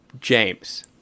James